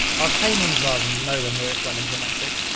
arcanum's are nowhere near as well-implemented.